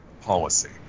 Policy